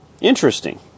Interesting